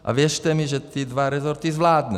A věřte mi, že ty dva resorty zvládne.